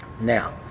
Now